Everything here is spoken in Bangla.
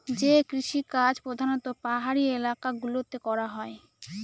যে কৃষিকাজ প্রধানত পাহাড়ি এলাকা গুলোতে করা হয়